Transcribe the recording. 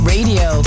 Radio